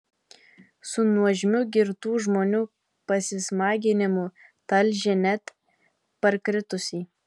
su nuožmiu girtų žmonių pasismaginimu talžė net parkritusį